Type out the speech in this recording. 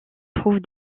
trouve